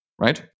right